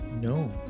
No